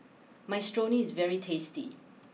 Minestrone is very tasty